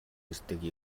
ирдэг